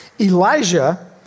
Elijah